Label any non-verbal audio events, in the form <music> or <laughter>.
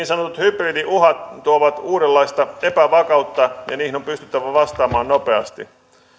<unintelligible> sanotut hybridiuhat tuovat uudenlaista epävakautta ja niihin on pysyttävä vastaamaan nopeasti